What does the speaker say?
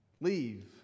Leave